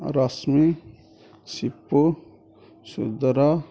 Rashmi Sipu ସୁଦର